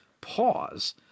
pause